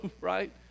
right